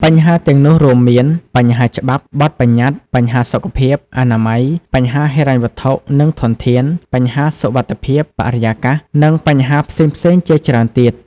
បញ្ហាទាំងនោះរួមមាន បញ្ហាច្បាប់ បទប្បញ្ញត្តិ បញ្ហាសុខភាព អនាម័យ បញ្ហាហិរញ្ញវត្ថុ និងធនធាន បញ្ហាសុវត្ថិភាព បរិយាកាស នឹងបញ្ហាផ្សេងៗជាច្រើនទៀត ។